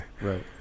right